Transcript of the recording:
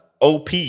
OP